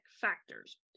factors